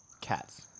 Cats